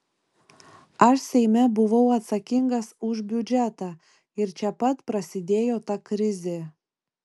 aš seime buvau atsakingas už biudžetą ir čia pat prasidėjo ta krizė